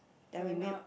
then we move